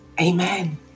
Amen